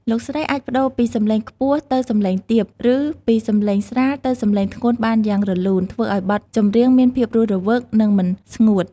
លោកស្រីអាចប្តូរពីសម្លេងខ្ពស់ទៅសម្លេងទាប ឬពីសម្លេងស្រាលទៅសម្លេងធ្ងន់បានយ៉ាងរលូន ធ្វើឲ្យបទចម្រៀងមានភាពរស់រវើក និងមិនស្ងួត។